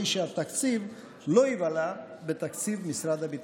שהתקציב לא ייבלע בתקציב משרד הביטחון.